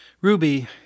Ruby